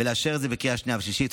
ולאשר את זה בקריאה שנייה ושלישית.